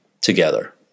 together